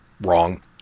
wrong